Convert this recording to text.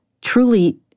truly